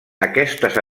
aquestes